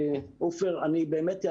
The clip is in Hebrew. אענה.